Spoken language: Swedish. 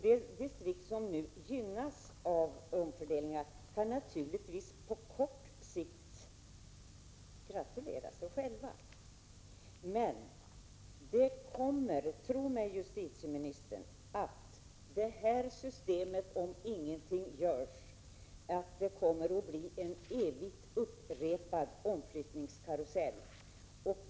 De distrikt som nu gynnas av omfördelningar kan naturligtvis på kort sikt gratulera sig själva. Men tro mig, justitieministern — det här systemet kommer, om ingenting görs, att innebära en evigt upprepad omflyttningskarusell.